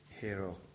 hero